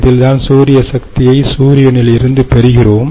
இதில்தான் சூரிய சக்தியை சூரியனில் இருந்து பெறுகிறோம்